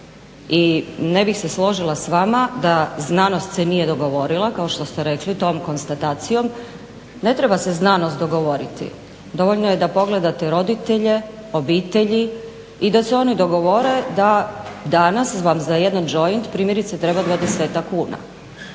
I ne bih se složila s vama da znanost se nije dogovorila, kao što ste rekli, s tom konstatacijom. Ne treba se znanost dogovoriti, dovoljno je da pogledate roditelje, obitelji i da se oni dogovore da danas vam za jedan džoint primjerice treba 20-ak kuna.